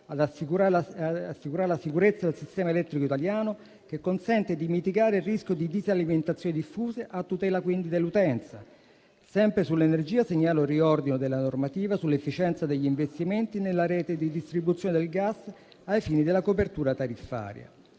ad assicurare la sicurezza del sistema elettrico italiano, che consente di mitigare il rischio di disalimentazioni diffuse, a tutela quindi dell'utenza. Sempre sull'energia, segnalo il riordino della normativa sull'efficienza degli investimenti nella rete di distribuzione del gas ai fini della copertura tariffaria.